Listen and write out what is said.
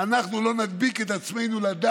לא מבינים מה אנחנו רוצים מהם.